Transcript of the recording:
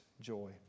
joy